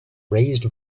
raised